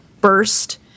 burst